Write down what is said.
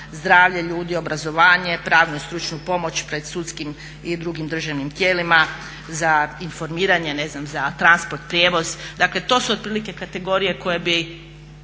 zdravlje ljudi, obrazovanje, pravnu i stručnu pomoć pred sudskim i drugim državnim tijelima za informiranje ne znam za transport, prijevoz, dakle to su otprilike kategorije koje bi